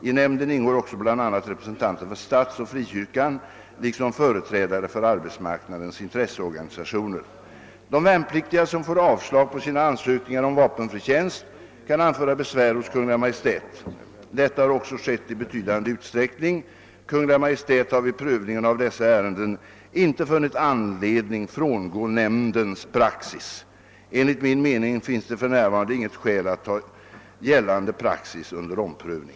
I nämnden ingår också bl.a. representanter för statsoch frikyrkan liksom företrädare för arbetsmarknadens intresseorganisationer. De värnpliktiga som får avslag på sina ansökningar om vapenfri tjänst kan anföra besvär hos Kungl. Maj:t. Detta har också skett i betydande utsträckning. Kungl. Maj:t har vid prövningen av dessa ärenden inte funnit anledning frångå nämndens praxis. Enligt min mening finns det för närvarande inget skäl att ta gällande praxis under omprövning.